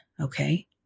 okay